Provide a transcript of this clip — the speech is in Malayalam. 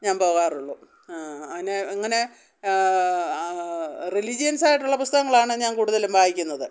ഞാൻ പോകാറുള്ളൂ അതിന് ഇങ്ങനെ റിലീജ്യൻസ് ആയിട്ടുള്ള പുസ്തകങ്ങളാണ് ഞാൻ കൂടുതലും വായിക്കുന്നത്